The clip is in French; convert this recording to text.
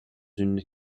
une